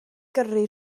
gyrru